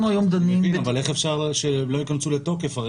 אבל איך אפשר שהן לא ייכנסו לתוקף?